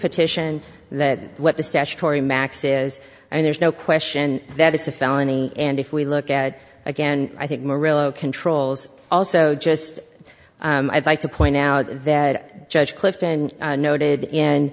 petition that what the statutory max is and there's no question that it's a felony and if we look at again i think morello controls also just i'd like to point out that judge clifton noted in